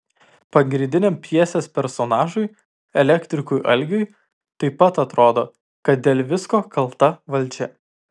pagrindiniam pjesės personažui elektrikui algiui taip pat atrodo kad dėl visko kalta valdžia